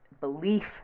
belief